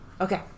Okay